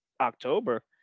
October